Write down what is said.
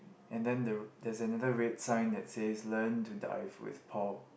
and then there there is a red sign that is learn to dive with pau